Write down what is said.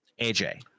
AJ